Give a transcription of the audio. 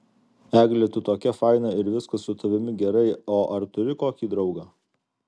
egle tu tokia faina ir viskas su tavimi gerai o ar turi kokį draugą